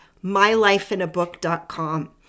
mylifeinabook.com